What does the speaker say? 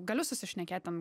galiu susišnekėt ten